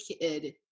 kid